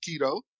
keto